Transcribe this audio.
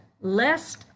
lest